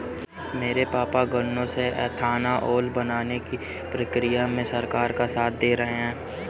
मेरे पापा गन्नों से एथानाओल बनाने की प्रक्रिया में सरकार का साथ दे रहे हैं